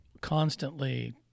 constantly